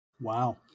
Wow